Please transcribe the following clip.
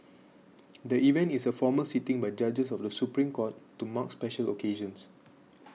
the event is a formal sitting by judges of the Supreme Court to mark special occasions